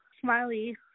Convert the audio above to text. Smiley